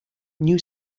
new